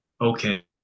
okay